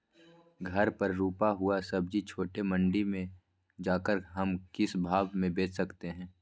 घर पर रूपा हुआ सब्जी छोटे मंडी में जाकर हम किस भाव में भेज सकते हैं?